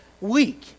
week